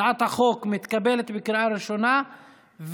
התשפ"ב 2022,